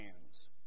hands